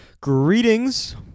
Greetings